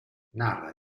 narra